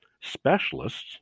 specialists